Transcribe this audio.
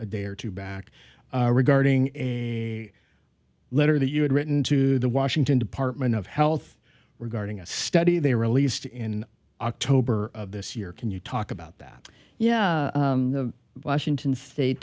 a day or two back regarding a letter that you had written to the washington department of health regarding a study they released in october of this year can you talk about that yeah the washington state